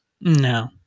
No